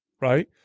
right